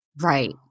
right